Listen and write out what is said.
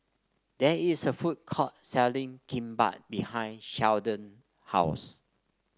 there is a food court selling Kimbap behind Sheldon house